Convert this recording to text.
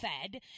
fed